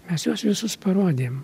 mes juos visus parodėm